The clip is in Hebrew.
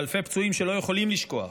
אלפי פצועים שלא יכולים לשכוח,